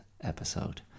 episode